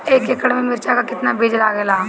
एक एकड़ में मिर्चा का कितना बीज लागेला?